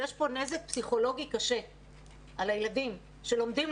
יש פה נזק פסיכולוגי קשה על הילדים שלומדים,